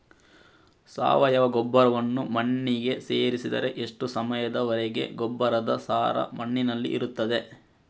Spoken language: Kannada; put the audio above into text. ಸಾವಯವ ಗೊಬ್ಬರವನ್ನು ಮಣ್ಣಿಗೆ ಸೇರಿಸಿದರೆ ಎಷ್ಟು ಸಮಯದ ವರೆಗೆ ಗೊಬ್ಬರದ ಸಾರ ಮಣ್ಣಿನಲ್ಲಿ ಇರುತ್ತದೆ?